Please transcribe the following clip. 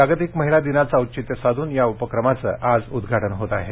जागतिक महिला दिनाचं औचित्य साधून या उपक्रमाचं आज उद्घाटन होत आहे